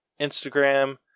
instagram